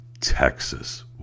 Texas